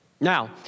now